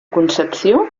concepció